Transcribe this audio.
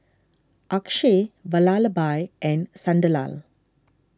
Akshay Vallabhbhai and Sunderlal